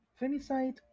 Femicide